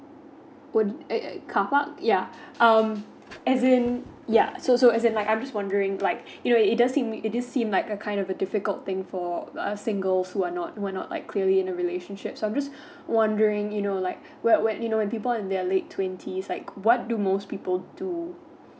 err err carpark ya um as in ya so so as in I'm just wondering like you know it does seem it did seems like a kind of a difficult thing for a singles who are not who are not like clearly in a relationship so I'm just wondering you know like where where you know when people in their late twenties like what do most people do